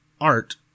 art